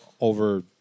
over